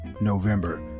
November